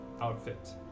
outfit